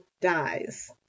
dies